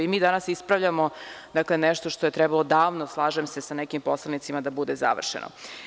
Mi danas ispravljamo nešto što je trebalo davno, slažem se sa nekim poslanicima, da bude završeno.